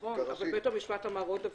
נכון, אבל בית המשפט אמר עוד דבר.